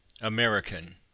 American